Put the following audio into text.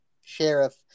sheriff